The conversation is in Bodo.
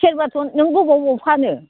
सेरबाखो नों बबाव बबाव फानो